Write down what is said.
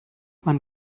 man